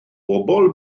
bobl